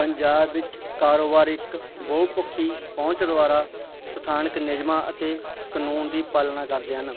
ਪੰਜਾਬ ਵਿੱਚ ਕਾਰੋਬਾਰ ਇੱਕ ਬਹੁਪੱਖੀ ਪਹੁੰਚ ਦੁਆਰਾ ਸਥਾਨਕ ਨਿਯਮਾਂ ਅਤੇ ਕਾਨੂੰਨ ਦੀ ਪਾਲਣਾ ਕਰਦੇ ਹਨ